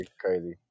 crazy